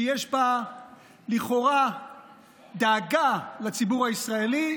שיש בה לכאורה דאגה לציבור הישראלי,